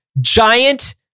giant